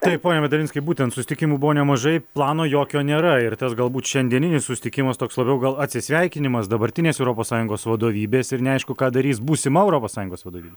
taip pone medalinskai būtent susitikimų buvo nemažai plano jokio nėra ir tas galbūt šiandieninis susitikimas toks labiau gal atsisveikinimas dabartinės europos sąjungos vadovybės ir neaišku ką darys būsima europos sąjungos vadovyb